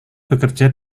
bekerja